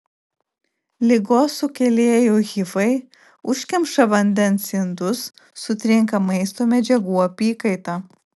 ligos sukėlėjų hifai užkemša vandens indus sutrinka maisto medžiagų apykaita